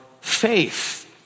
faith